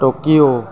Tokyo